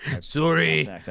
Sorry